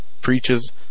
preaches